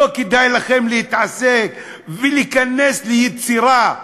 לא כדאי לכם להתעסק ולהיכנס ליצירה,